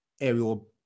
aerial